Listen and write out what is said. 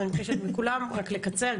אז אני מבקשת מכולן רק לקצר.